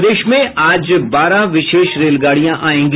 प्रदेश में आज बारह विशेष रेलगाड़ियां आयेंगी